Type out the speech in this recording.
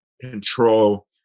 control